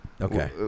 Okay